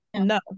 no